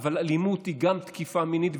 אבל אלימות היא גם תקיפה מינית,